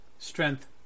Strength